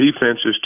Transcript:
defenses